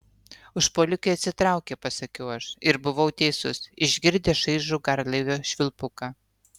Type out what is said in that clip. užpuolikai atsitraukė pasakiau aš ir buvau teisus išgirdę šaižų garlaivio švilpuką